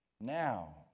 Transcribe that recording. now